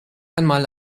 einmal